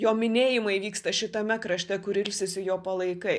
jo minėjimai vyksta šitame krašte kur ilsisi jo palaikai